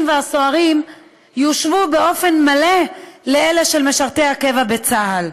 והסוהרים יושוו באופן מלא לאלה של משרתי הקבע בצה"ל.